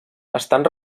estan